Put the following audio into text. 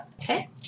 okay